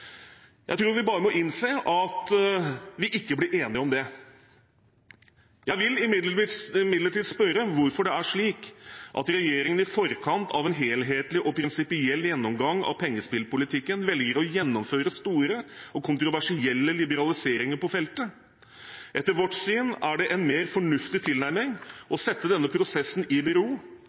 Jeg tror vi bare må innse at vi ikke blir enige om det. Jeg vil imidlertid spørre hvorfor det er slik at regjeringen i forkant av en helhetlig og prinsipiell gjennomgang av pengespillpolitikken velger å gjennomføre store og kontroversielle liberaliseringer på feltet. Etter vårt syn er det en mer fornuftig tilnærming å stille denne prosessen i